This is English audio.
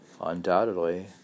Undoubtedly